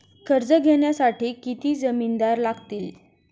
कर्ज घेण्यासाठी किती जामिनदार लागतील?